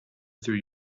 through